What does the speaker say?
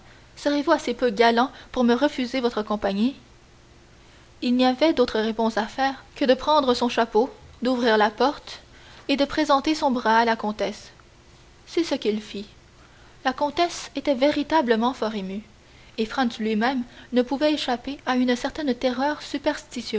serez-vous assez peu galant pour me refuser votre compagnie il n'y avait d'autre réponse à faire que de prendre son chapeau d'ouvrir la porte et de présenter son bras à la comtesse c'est ce qu'il fit la comtesse était véritablement fort émue et franz lui-même ne pouvait échapper à une certaine terreur